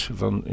van